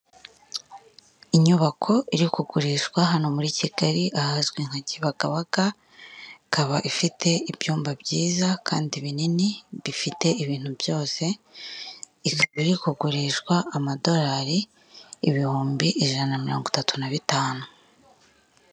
Inyubako iri kugurishwa hano muri Kigali ahazwi nka Kibagabaga. Ikaba ifite ibyumba byiza kandi binini, bifite ibintu byose. Ikaba iri kugurishwa amadorari ibihumbi ijana na mirongo itatu na bitanu.